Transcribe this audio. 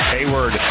Hayward